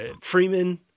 Freeman